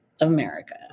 America